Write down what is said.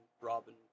Robin